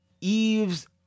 Eves